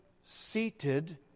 seated